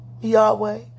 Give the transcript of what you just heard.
Yahweh